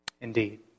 Indeed